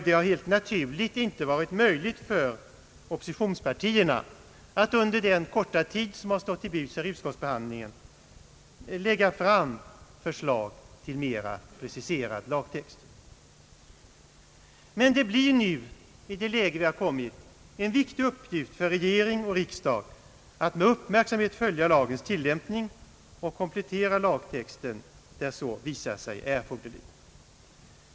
Det har helt naturligt inte varit möjligt för oppositionspartierna att under den korta tid som stått till buds under utskottsbehandlingen lägga fram förslag till mera preciserad lagtext. Men det blir nu, i det läge vi har kommit, en viktig uppgift för regering och riksdag att med uppmärksamhet följa lagens tillämpning och komplettera lagtexten, där så visar sig erforderligt.